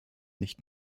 nicht